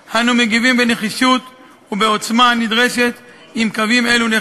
שמצביע על כך שהישגי מבצע "צוק איתן" תקפים והשפעתם